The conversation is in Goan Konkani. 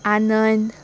आनंद